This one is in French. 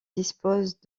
dispose